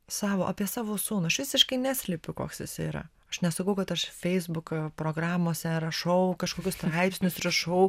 savo apie savo sūnų aš visiškai neslepiu koks jisai yra aš nesakau kad aš feisbuko programose rašau kažkokius straipsnius rašau